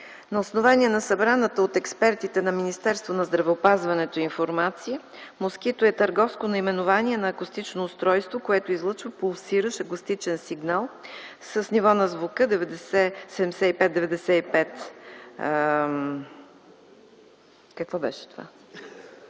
На основание на събраната от експертите на Министерството на здравеопазването информация, „Москито” е търговско наименование на акустично устройство, което излъчва пулсиращ акустичен сигнал с ниво на звука 75-95 децибела в